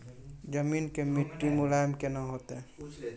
जमीन के मिट्टी मुलायम केना होतै?